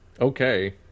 okay